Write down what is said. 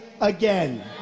again